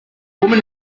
woman